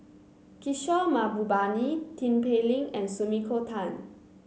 Kishore Mahbubani Tin Pei Ling and Sumiko Tan